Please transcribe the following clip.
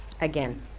again